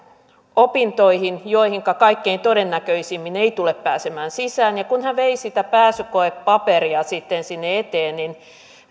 opintoihin joihinka kaikkein todennäköisimmin ei tule pääsemään sisään ja kun hän sitten vei sitä pääsykoepaperia sinne eteen niin